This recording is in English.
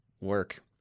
work